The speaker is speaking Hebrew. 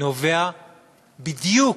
נובעים בדיוק,